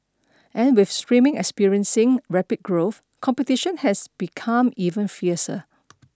and with streaming experiencing rapid growth competition has become even fiercer